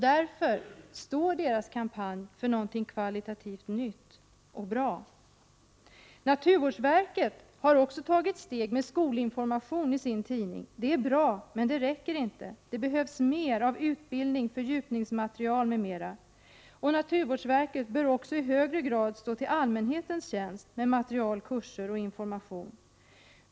Därför står deras kampanj för någonting kvalitativt nytt och bra. Naturvårdsverket har också tagit steg med skolinformation i sin tidning. Det är bra, men det räcker inte. Det behövs mer av utbildning, fördjupningsmaterial m.m. Naturvårdsverket bör också i högre grad stå till allmänhetens tjänst med material, kurser och information.